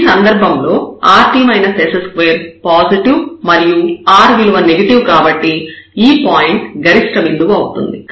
ఈ సందర్భంలో rt s2 positive మరియు r విలువ నెగెటివ్ కాబట్టి ఈ పాయింట్ గరిష్ట బిందువు అవుతుంది